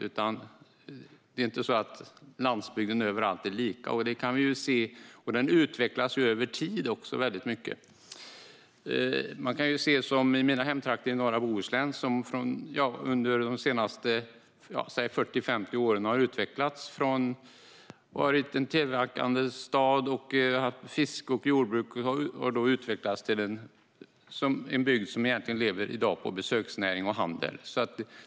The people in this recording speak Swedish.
Landsbygden är inte likadan överallt. Den utvecklas också mycket över tid. Det kan man se i mina hemtrakter i norra Bohuslän - de har under de senaste 40-50 åren utvecklats från en bygd med tillverkning, fiske och jordbruk till en bygd som i dag lever på besöksnäring och handel.